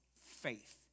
faith